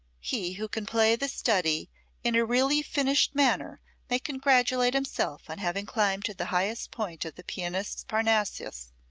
he who can play this study in a really finished manner may congratulate himself on having climbed to the highest point of the pianist's parnassus,